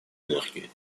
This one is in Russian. энергии